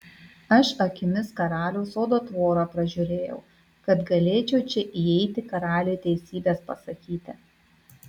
aš akimis karaliaus sodo tvorą pražiūrėjau kad galėčiau čia įeiti karaliui teisybės pasakyti